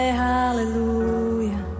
hallelujah